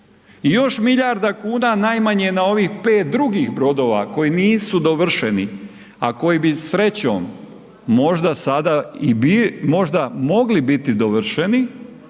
i još milijarda kuna najmanje na ovih 5 drugih brodova koji nisu dovršeni a koji bi srećom možda mogli i biti dovršeni,